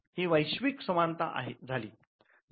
हि वैश्विक समानता झाली